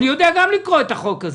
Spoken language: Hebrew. אני יודע גם לקרוא את החוק הזה.